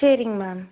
சரிங்க மேம்